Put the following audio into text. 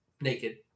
naked